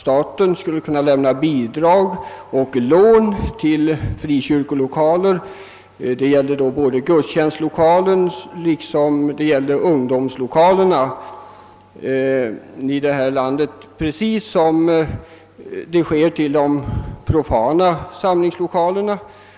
staten skulle kunna lämna bidrag och lån till frikyrkolokaler — både gudstjänstlokaler och ungdomslokaler — precis på samma sätt som bidrag nu utgår till de »profana» samlingslokalerna.